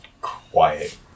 quiet